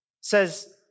says